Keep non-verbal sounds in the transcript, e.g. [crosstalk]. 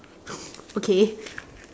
[noise] okay